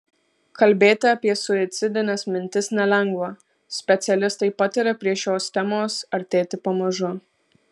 kalbėti apie suicidines mintis nelengva specialistai pataria prie šios temos artėti pamažu